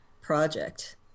project